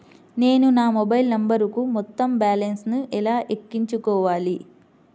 నేను నా మొబైల్ నంబరుకు మొత్తం బాలన్స్ ను ఎలా ఎక్కించుకోవాలి?